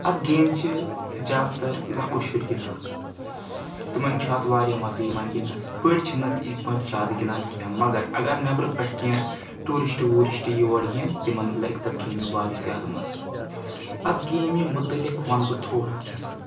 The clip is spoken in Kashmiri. اَتھ گیم چھِ زیادٕ تر لَکُٹ شُرۍ گِنٛدان تِمن چھُ اَتھ واریاہ مَزٕ یِوان گِنٛدنَس بٔڑۍ چھِ نہٕ اَتھ یِتھ پٲٹھۍ زیادٕ گِنٛدان کینٛہہ مگر اگر نؠبرٕ پؠٹھ کینٛہہ ٹوٗرِسٹہٕ ووٗرِسٹہٕ یور یِن تِمن لَگہِ تَتھ گیمہِ واریاہ زیادٕ مَزٕ اَتھ گیمہِ مُتعلِق وَنہٕ بہٕ تھوڑا کینٛہہ سہَ